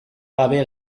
gabe